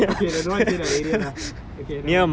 okay don't want to say that area lah never mind